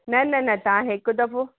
न न न तव्हां हिकु दफ़ो